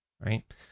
right